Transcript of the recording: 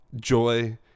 joy